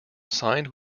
signed